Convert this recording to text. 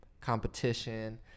competition